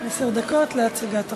עשר דקות להצגת החוק.